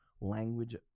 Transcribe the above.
language